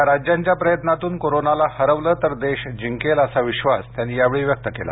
या राज्यांच्या प्रयत्नातून कोरोनाला हरविलं तर देश जिंकेल असा विश्वास त्यांनी यावेळी व्यक्त केला